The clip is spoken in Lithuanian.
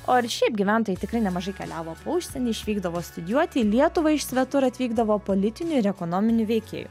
o ir šiaip gyventojai tikrai nemažai keliavo po užsienį išvykdavo studijuoti į lietuvą iš svetur atvykdavo politinių ir ekonominių veikėjų